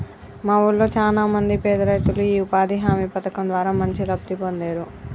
మా వూళ్ళో చానా మంది పేదరైతులు యీ ఉపాధి హామీ పథకం ద్వారా మంచి లబ్ధి పొందేరు